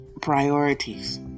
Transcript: priorities